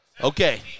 Okay